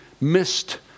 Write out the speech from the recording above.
missed